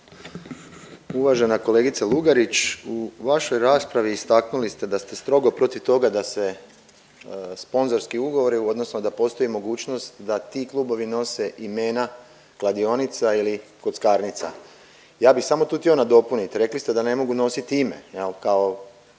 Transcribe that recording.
Uvažena kolegice Lugarić, u vašoj raspravi istaknuli ste da ste strogo protiv toga da se sponzorski ugovori, odnosno da postoji mogućnost da ti klubovi nose imena kladionica ili kockarnica. Ja bih samo tu htio nadopuniti. Rekli ste da ne mogu nositi ime,